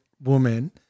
woman